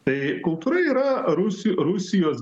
tai kultūra yra rusi rusijos